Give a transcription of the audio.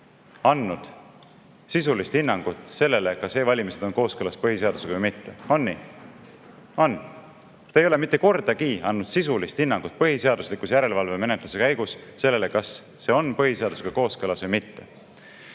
andnud sisulist hinnangut sellele, kas e-valimised on kooskõlas põhiseadusega või mitte. On nii? On! Te ei ole mitte kordagi andnud sisulist hinnangut põhiseaduslikkuse järelevalve menetluse käigus sellele, kas see on põhiseadusega kooskõlas või mitte.